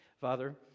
Father